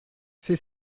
c’est